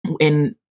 And-